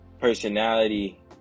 personality